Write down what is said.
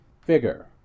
figure